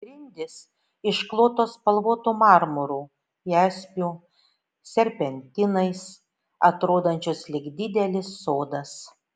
grindys išklotos spalvotu marmuru jaspiu serpentinais atrodančios lyg didelis sodas